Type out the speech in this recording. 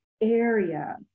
area